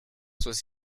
sus